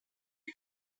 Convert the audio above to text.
die